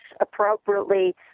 appropriately